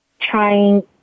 trying